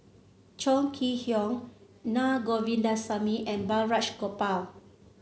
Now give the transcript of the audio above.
Chong Kee Hiong Na Govindasamy and Balraj Gopal